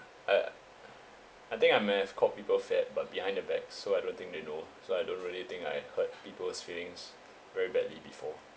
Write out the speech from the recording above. I I think I may have called people fat but behind their backs so I don't think they know so I don't really think I hurt people's feelings very badly before